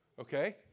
Okay